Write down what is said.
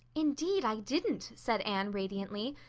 indeed i didn't, said anne radiantly.